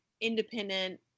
independent